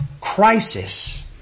crisis